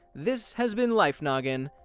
this has been life noggin!